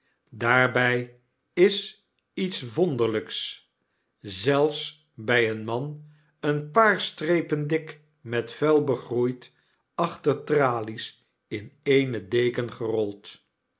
daarby is iets wonderlyks zelfs by een man een paar strepen dik met vuil begroeid achter tralies in eene deken gerold